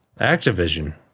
Activision